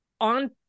on